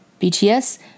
BTS